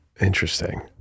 Interesting